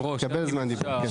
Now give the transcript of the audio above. תקבל זמן דיבור.